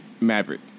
Maverick